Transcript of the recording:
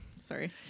Sorry